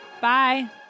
Bye